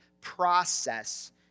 process